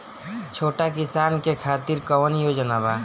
छोटा किसान के खातिर कवन योजना बा?